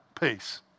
peace